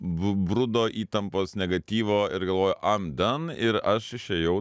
b brudo įtampos negatyvo ir galvoju i am done ir aš išėjau